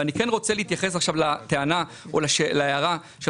אני כן רוצה להתייחס עכשיו לטענה או להערה של